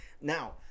now